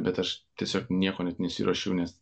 bet aš tiesiog niekuo net nesiruošiau nes